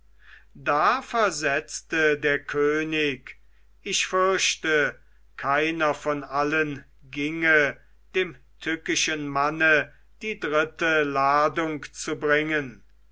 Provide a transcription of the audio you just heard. da versetzte der könig ich fürchte keiner von allen ginge dem tückischen manne die dritte ladung zu bringen